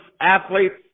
athletes